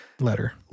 letter